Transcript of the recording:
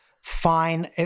fine